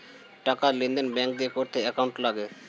টাকার লেনদেন ব্যাঙ্ক দিয়ে করতে অ্যাকাউন্ট লাগে